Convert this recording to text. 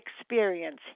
experience